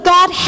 God